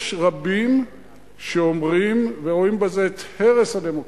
יש רבים שאומרים ורואים בזה את הרס הדמוקרטיה.